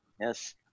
Yes